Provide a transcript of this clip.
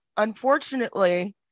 unfortunately